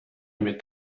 mit